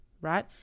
right